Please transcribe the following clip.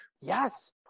Yes